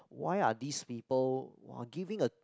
why are this people [wah] giving a